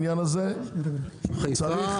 חיפה,